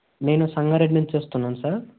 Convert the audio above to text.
నేను సంగారెడ్డి నుంచి వస్తున్నాను సార్